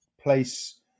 Place